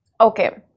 Okay